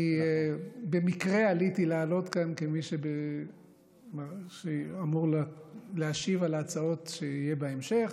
אני במקרה עליתי לענות כאן כמי שאמור להשיב על ההצעות שיהיו בהמשך,